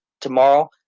tomorrow